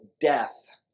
death